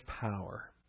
power